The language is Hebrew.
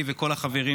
היא וכל החברים